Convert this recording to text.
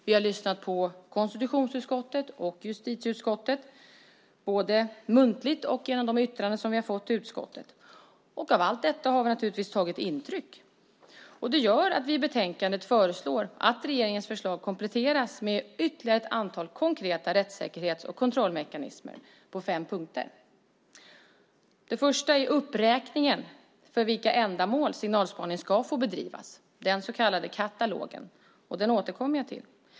Vi har lyssnat på konstitutionsutskottet och justitieutskottet, både muntligt och genom de yttranden som vi har fått till utskottet. Av allt detta har vi tagit intryck. Det gör att vi i betänkandet föreslår att regeringens förslag kompletteras med ytterligare ett antal konkreta rättssäkerhets och kontrollmekanismer på fem punkter: 1. Uppräkningen för vilka ändamål signalspaning ska få bedrivas, den så kallade katalogen - den återkommer jag till.